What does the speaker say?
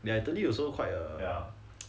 ya italy also quite err